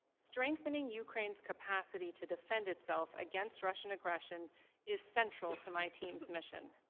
strengthening ukraine's capacity to defend itself against russian aggression is central to my team's mission.